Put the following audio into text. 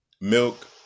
Milk